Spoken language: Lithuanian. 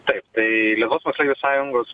taip tai lietuvos moksleivių sąjungos